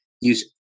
Use